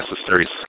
necessary